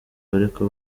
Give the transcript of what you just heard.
bariko